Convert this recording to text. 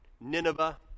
Nineveh